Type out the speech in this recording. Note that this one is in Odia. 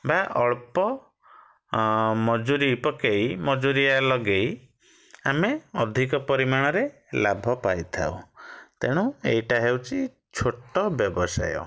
ବା ଅଳ୍ପ ମଜୁରୀ ପକେଇ ମଜୁରୀଆ ଲଗେଇ ଆମେ ଅଧିକ ପରିମାଣରେ ଲାଭ ପାଇଥାଉ ତେଣୁ ଏଇଟା ହେଉଛି ଛୋଟ ବ୍ୟବସାୟ